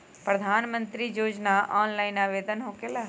प्रधानमंत्री योजना ऑनलाइन आवेदन होकेला?